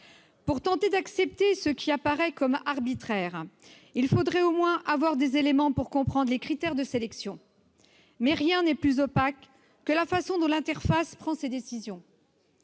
Pour tenter d'accepter ce qui apparaît comme arbitraire, il faudrait au moins avoir des éléments pour comprendre les critères de sélection. Mais rien n'est plus opaque que la façon dont l'interface prend ses décisions.